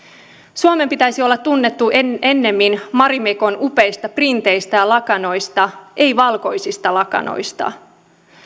suomen pitäisi olla tunnettu ennemmin marimekon upeista printeistä ja lakanoista ei valkoisista lakanoista